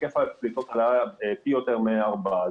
היקף הפליטות היה פי יותר מארבעה.